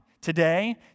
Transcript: today